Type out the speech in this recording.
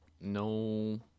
No